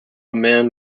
man